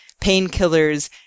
painkillers